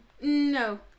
no